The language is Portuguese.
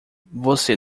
você